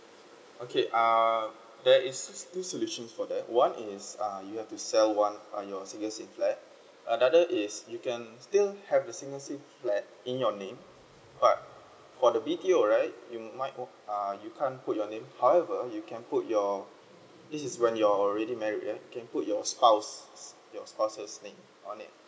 okay err there is still solution for that one is uh you have to sell one of your single scheme flat another is you can still have a single scheme flat in your name but for the B_T_O right you might wa~ uh you can't put your name however you can put your this is when you're already married yeah you can put your spouse you spouses name only